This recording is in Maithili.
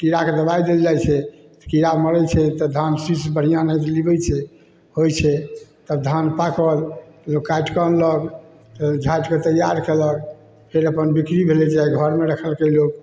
कीड़ाके दवाइ देल जाइ छै कीड़ा मरै छै तऽ धान शीश बढ़िआँ नहि लिबै छै होइ छै तब धान पाकल लोक काटिकऽ अनलक झाँटिकऽ तैआर कएलक फेर अपन बिक्री भेलै या घरमे रखलकै लोक